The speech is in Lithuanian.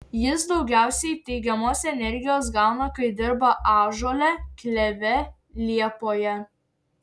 jis daugiausiai teigiamos energijos gauna kai dirba ąžuole kleve liepoje